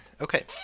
Okay